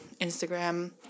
Instagram